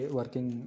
working